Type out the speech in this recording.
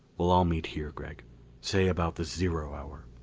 we'll all meet here, gregg say about the zero hour.